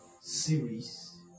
series